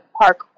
park